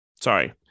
Sorry